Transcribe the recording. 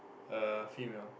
uh female